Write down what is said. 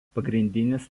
pagrindinis